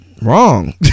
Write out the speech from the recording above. Wrong